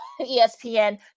ESPN